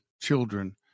children